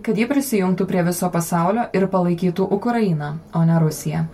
kad ji prisijungtų prie viso pasaulio ir palaikytų ukrainą o ne rusiją